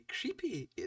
creepy